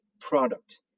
product